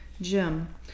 Jim